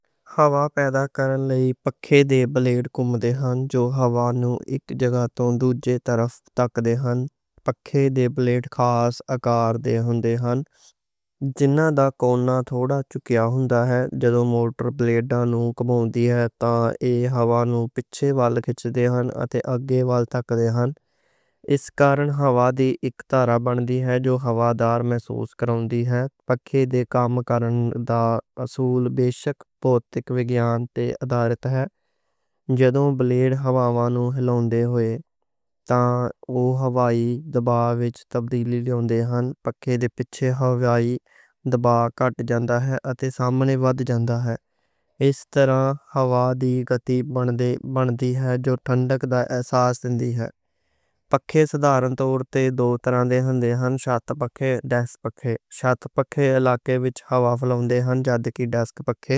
ہوا پیدا کرنے لئی پنکھے دے بلیڈ گھم دے ہن جو ہوا نوں ہِلاوندے ہن۔ اک جگہ توں دوجی طرف تک لیاندے ہن؛ پنکھے دے بلیڈ خاص اکار دے ہوندے ہن جنہاں دا کونہ تھوڑا چکیا ہوندا ہے۔ جدوں موٹر بلیڈ نوں گھماؤندی ہے تاں اوہ ہوا نوں پِچھے وال کھِچ دے ہن اتے اگے وال دھک دے ہن۔ اس کارن ہوا دی اک کتار بن دی ہے جو ہوادار محسوس کرواندی ہے۔ پنکھے دے کم کرنے دا اصول بیسک فزکس تے ادھارت ہے۔ جدوں بلیڈ ہوا نوں ہلاوندے ہوئے تاں اوہ ہوائی دباؤ وِچ تبدیلی لاندے ہن۔ پنکھے دے پِچھے ہوائی دباؤ کٹ جاندا ہے اتے سامنے وَدھ جاندا ہے۔ اس طرح ہوا دی گتی بن دی ہے جو ٹھنڈک دا احساس دِندی ہے۔ پنکھے عام طور تے دو ترہاں دے ہندے ہن: چھت پنکھے اتے ڈیسک پنکھے۔ چھت پنکھے علاقے وِچ ہوادار بہاؤ پیدا کر دے ہن۔